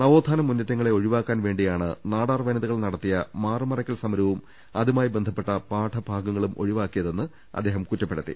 നവോത്ഥാന മുന്നേറ്റങ്ങളെ ഒഴിവാക്കാൻ വേണ്ടിയാണ് നാടാർ വനിതകൾ നടത്തിയ മാറുമറയ്ക്കൽ സമരവും അതുമായി ബന്ധപ്പെട്ട പാഠഭാഗങ്ങളും ഒഴി വാക്കിയതെന്ന് അദ്ദേഹം കുറ്റപ്പെടുത്തി